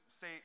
say